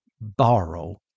borrow